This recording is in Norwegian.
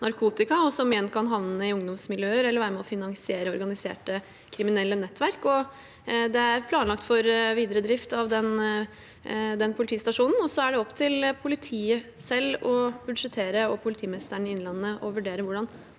som kan havne i ungdomsmiljøer, eller som kan være med på å finansiere organiserte kriminelle nettverk. Det er planlagt for videre drift av den politistasjonen, og så er det opp til politiet selv å budsjettere og politimesteren i Innlandet å vurdere hvordan